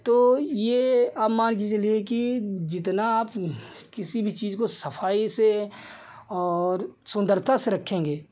तो यह आप मानकर चलिए कि जितना आप किसी भी चीज़ को सफ़ाई से और सुन्दरता से रखेंगे